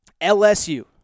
LSU